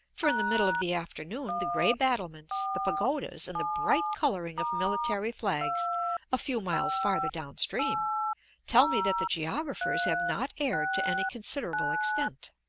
for in the middle of the afternoon the gray battlements, the pagodas, and the bright coloring of military flags a few miles farther down stream tell me that the geographers have not erred to any considerable extent.